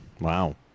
Wow